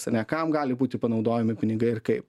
ane kam gali būti panaudojami kunigai ir kaip